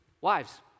wives